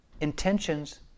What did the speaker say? Intentions